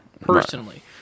personally